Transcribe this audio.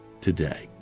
today